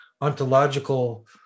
ontological